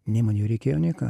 nei man jo reikėjo nei ką